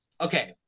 okay